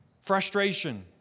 Frustration